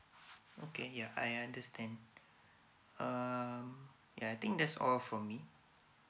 okay ya I understand um ya I think that's all for me